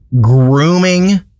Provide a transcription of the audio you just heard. grooming